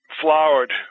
flowered